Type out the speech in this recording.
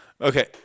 Okay